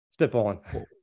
spitballing